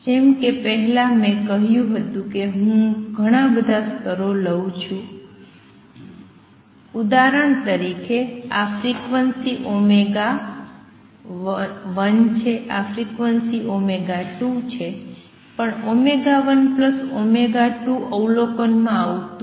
જેમ કે મેં પહેલા કહ્યું હતું કે હું ઘણા બધા સ્તરો લઉ છુ ઉદાહરણ તરીકે આ ફ્રીક્વન્સી 1 છે આ ફ્રીક્વન્સી 2 છે પણ 1 2 અવલોકન માં નથી આવતું